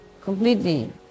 completely